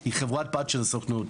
היא חברת בת של הסוכנות.